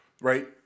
right